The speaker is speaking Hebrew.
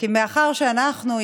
מאחר שאנחנו,